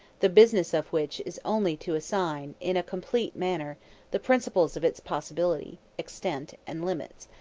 the business of which is only to assign in a complete manner the principles of its possibility, extent, and limits,